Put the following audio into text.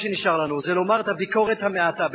מה שנשאר לנו זה לומר את הביקורת המעטה.